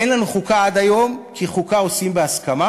אין לנו חוקה עד היום כי חוקה עושים בהסכמה